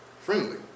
friendly